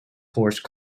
horse